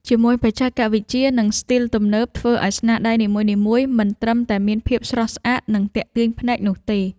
ជាមួយបច្ចេកវិទ្យា និងស្ទីលទំនើប ធ្វើឲ្យស្នាដៃនីមួយៗ មិនត្រឹមតែមានភាពស្រស់ស្អាត និងទាក់ទាញភ្នែកនោះទេ